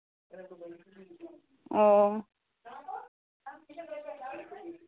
ও